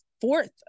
fourth